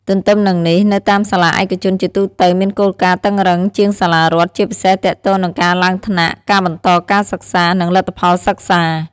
ទទ្ទឹមនឹងនេះ នៅតាមសាលាឯកជនជាទូទៅមានគោលការណ៍តឹងរ៉ឹងជាងសាលារដ្ឋ ជាពិសេសទាក់ទងនឹងការឡើងថ្នាក់ ការបន្តការសិក្សា និងលទ្ធផលសិក្សា។